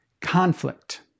Conflict